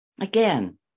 Again